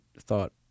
thought